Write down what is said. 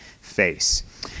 face